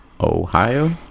Ohio